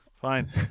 fine